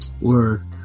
Word